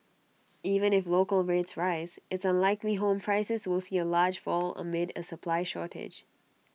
even if local rates rise it's unlikely home prices will see A large fall amid A supply shortage